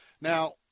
Now